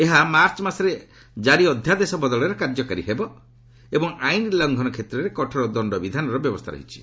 ଏହା ମାର୍ଚ୍ଚ ମାସରେ ଜାରି ଅଧ୍ୟାଦେଶ ବଦଳରେ କାର୍ଯ୍ୟକାରୀ ହେବ ଏବଂ ଆଇନ୍ ଲଙ୍ଘନ କ୍ଷେତ୍ରରେ କଠୋର ଦଣ୍ଡବିଧାନର ବ୍ୟବସ୍ଥା ରହିଛି